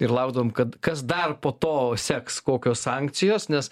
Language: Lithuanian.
ir laukdavom kad kas dar po to seks kokios sankcijos nes